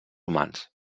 humans